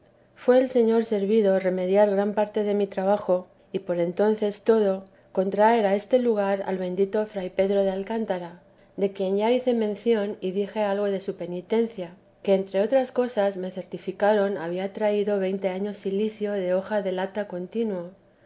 fué el señor servido remediar gran parte de mi trabajo y por entonces todo con traer a este lugar al bendito fray pedro de alcántara de quien ya hice mención y dije algo de su penitencia que entre otras cosa me certificaron que había traído veinte años cilicio de hoja de lata contino